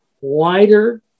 wider